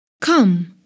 Come